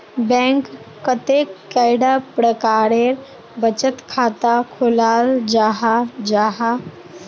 Bank कतेक कैडा प्रकारेर बचत खाता खोलाल जाहा जाहा?